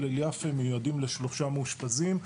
הלל יפה מיועדים לשלושה מאושפזים,